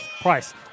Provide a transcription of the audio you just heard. Price